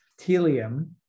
Telium